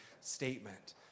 statement